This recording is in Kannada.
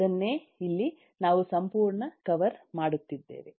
ಅದನ್ನೇ ಇಲ್ಲಿ ನಾವು ಸಂಪೂರ್ಣ ಕವರ್ ಮಾಡುತ್ತಿದ್ದೇವೆ